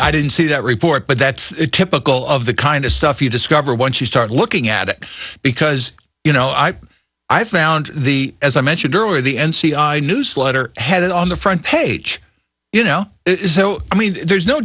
i didn't see that report but that's typical of the kind of stuff you discover once you start looking at it because you know i i found the as i mentioned earlier the n c i newsletter had it on the front page you know so i mean there's no